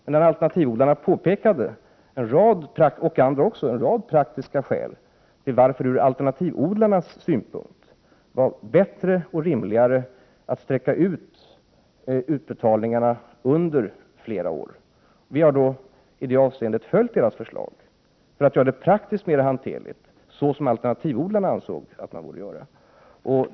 Från alternativodlarnas sida, och även från andra håll, pekades det då på en rad praktiska skäl till varför det ur alternativodlarnas synpunkt var bättre och rimligare att sträcka ut utbetalningarna under flera år. I det avseendet har vi följt deras förslag för att göra det praktiskt mera hanterligt, såsom alternativodlarna ansåg att man borde göra.